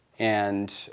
and